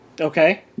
Okay